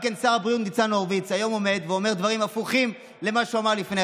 מה שקורה כאן,